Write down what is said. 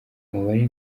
umubare